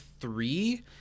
three